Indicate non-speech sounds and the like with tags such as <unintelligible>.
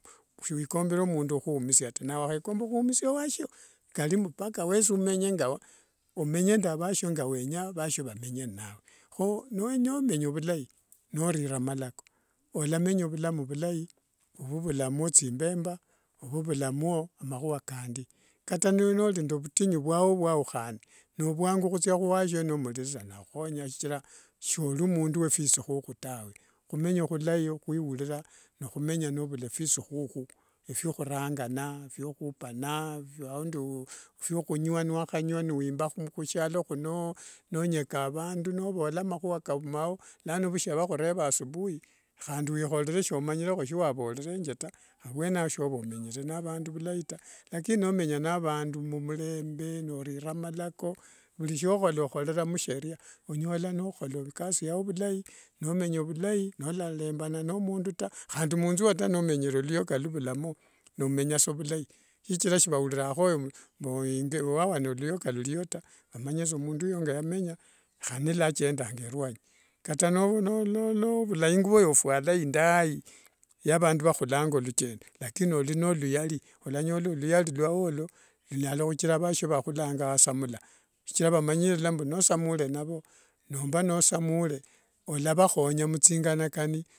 Shwikombere mundu ukhumisia taa, nawe wekhikomba khumisia ewashio. Kali mbu wesi kata omenye <hesitation> omenye nende vasio shinga wakhenya vamenye nawe kho nowenya menya vilai norire amalako olamenya vulamu vulai vuvulamo thimbemba vuvulamo makhua kandi kata nori nde vutinyu vwao vwauhane novuangu khuthia khuwasio nomuririra nakhukhonya shichira sori mundu <unintelligible> khumenya khulai khwiurira nikhumenya nouma phisikhukhu efyohurangana fyokhupana aundi fyokhunywa niwakhanywa niwimba khusialo khuno nonyeka avandu novola makhuwa kaumao nano vushia nivakhureva asubuhi khandi wikhorere shomanyire shiawavorerenge taa avuene ao niva shomenyere nde avandu vulai taa lakini nomenya nde avandu mumurembe nolonda malako vuri shiohola okhorera musheria onyola nikhola ikasi yao vulai nomenya vulai nolarembana na vandu taa khandi munzu wao ata nomenyere luyoka niluvulamo nomenya saa vulai shichira shivaurirangakhoyo mbu wa wane luyoka luriyo taa vamanye saa mbu mundu oyo ngiyamenya khandi niluakendanga ruanyi kata <hesitation> novula inguvo yaophuala indaii yavandu vakhulanga luchendo lakini olinelukhyali walanyola olukhyali lwawolo lunyala khuchira avasio vakhulanga wasamula shichira vamanyire lala mbu nosamula navo nomba nosamula olavhakhonya muthi ngalakani.